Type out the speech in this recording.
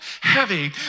heavy